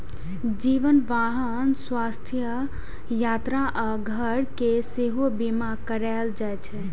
जीवन, वाहन, स्वास्थ्य, यात्रा आ घर के सेहो बीमा कराएल जाइ छै